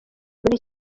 muri